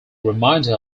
remainder